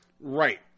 right